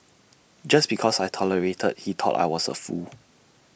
just because I tolerated he thought I was A fool